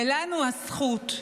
ולנו הזכות.